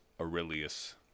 Aurelius